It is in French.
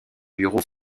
bureau